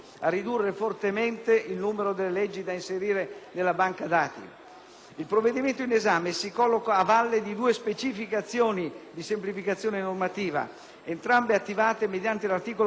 Il provvedimento in esame si colloca a valle di due specifiche azioni di semplificazione normativa, entrambe attivate mediante l'articolo 14 della legge n. 246 del 28 novembre 2005.